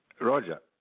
roger